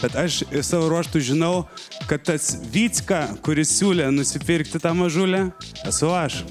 kad aš savo ruožtu žinau kad tas vycka kuris siūlė nusipirkti tą mažulę esu aš